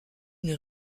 une